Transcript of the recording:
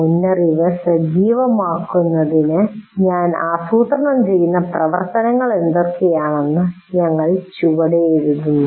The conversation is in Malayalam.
മുൻഅറിവ് സജീവമാക്കുന്നതിന് ഞാൻ ആസൂത്രണം ചെയ്യുന്ന പ്രവർത്തനങ്ങൾ എന്തൊക്കെയാണെന്ന് ഞങ്ങൾ ചുവടെ എഴുതുന്നു